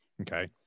Okay